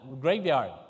graveyard